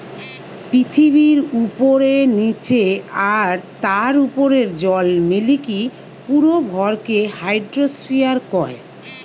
পৃথিবীর উপরে, নীচে আর তার উপরের জল মিলিকি পুরো ভরকে হাইড্রোস্ফিয়ার কয়